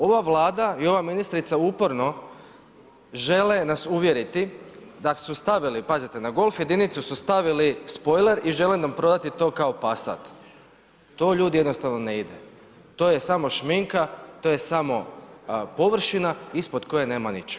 Ova Vlada i ova ministrica uporno žele nas uvjeriti da su stavili, pazite, na Golf jedinicu su stavili spojler i žele nam prodati to kao Passat, to ljudi jednostavno ne ide, to je samo šminka, to je samo površina ispod koje nema ničeg.